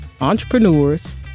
entrepreneurs